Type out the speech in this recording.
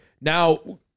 now